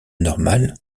normal